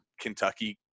Kentucky